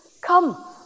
Come